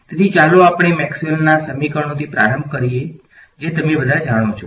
તેથી ચાલો આપણે મેક્સવેલના સમીકરણોથી પ્રારંભ કરીએ જે તમે બધા જાણો છો